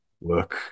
work